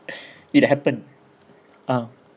it happened ah